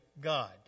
God